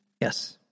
Yes